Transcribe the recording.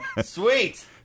Sweet